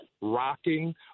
rocking